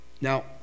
Now